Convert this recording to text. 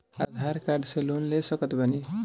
आधार card से loan ले सकत बणी?